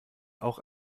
auch